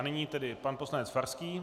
Nyní tedy pan poslanec Farský.